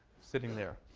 sitting there.